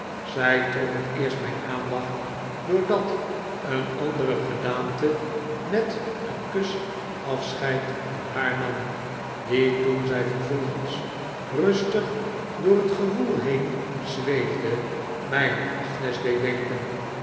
zij trok het eerst mijn aandacht doordat een andere gedaante met een kus afscheid van haar nam die toen zij vervolge ns rustig door het gewoel heen zweefde mij aan agnes deed denken